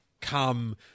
come